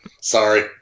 Sorry